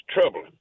troubling